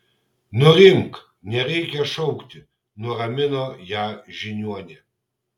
nurimk nereikia šaukti nuramino ją žiniuonė